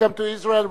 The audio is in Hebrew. Welcome to Israel.